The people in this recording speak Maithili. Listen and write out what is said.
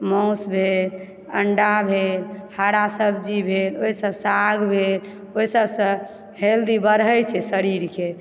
मासु भेल अण्डा भेल हरा सब्जी भेल ओहि सब सऽ साग भेल ओहि सब सऽ हेल्दी बढ़ै छै शरीर के